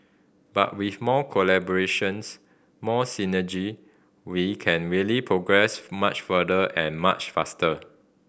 but with more collaborations more synergy we can really progress much further and much faster